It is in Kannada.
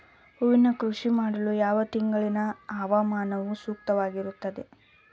ಹೂವಿನ ಕೃಷಿ ಮಾಡಲು ಯಾವ ತಿಂಗಳಿನ ಹವಾಮಾನವು ಸೂಕ್ತವಾಗಿರುತ್ತದೆ?